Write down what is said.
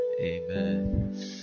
Amen